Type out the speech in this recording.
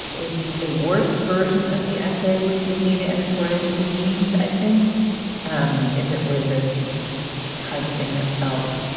a a worse version of the essay would give me the editorial screams. i think and if it were the kind of thing that felt